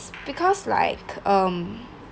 because like um